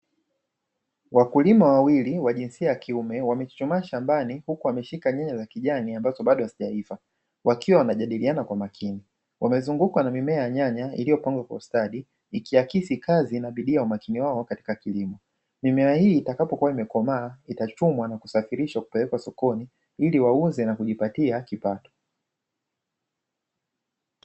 Wakulima wawili wa jinsia ya kiume wamechuchumaa shambani huku wameshika nyanya za kijani ambazo bado hazijaiva wakiwa wanajadiliana kwa makini. Wamezungukwa na mimea ya nyanya iliyopangwa kwa ustadi ikiakisi kazi na bidii ya umakini wao katika kilimo. Mimea hii itakapokuwa imekomaa itachumwa na kusafirishwa kupelekwa sokoni ili wauze na kujipatia kipato.